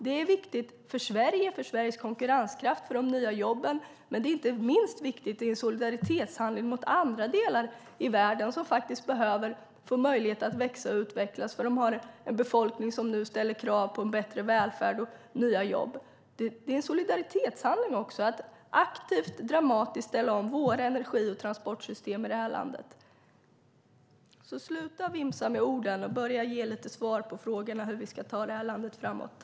Det är viktigt för Sverige, för Sveriges konkurrenskraft och för de nya jobben, men inte minst som en solidaritetshandling mot andra delar av världen, som behöver få möjlighet att växa och utvecklas för att de har en befolkning som nu ställer krav på en bättre välfärd och nya jobb. Det är en solidaritetshandling att aktivt och dramatiskt ställa om våra energi och transportsystem i det här landet. Sluta vimsa med orden och börja ge lite svar på frågorna om hur vi ska ta landet framåt!